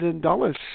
dollars